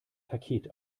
paket